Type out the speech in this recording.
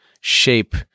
shape